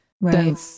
Right